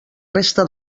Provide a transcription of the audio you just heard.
resta